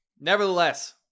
nevertheless